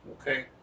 okay